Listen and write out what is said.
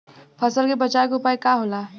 फसल के बचाव के उपाय का होला?